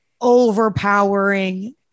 overpowering